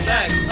Back